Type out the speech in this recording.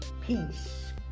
peace